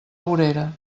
vorera